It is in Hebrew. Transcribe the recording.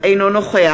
אינו נוכח